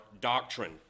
doctrine